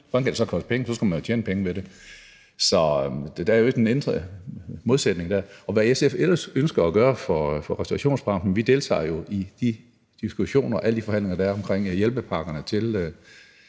hvordan kan det så koste penge? Så skulle man jo tjene penge ved det. Så der er jo en indre modsætning der. Til det om, hvad SF ellers ønsker at gøre for restaurationsbranchen: Vi deltager jo i alle de diskussioner og forhandlinger, der er omkring hjælpepakkerne til